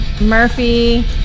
Murphy